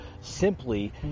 Simply